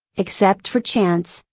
except for chance,